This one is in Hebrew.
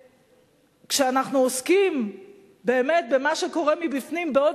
וכשאנחנו עוסקים באמת במה שקורה מבפנים בעוד